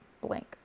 blank